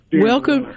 Welcome